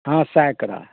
हाँ सैकड़ा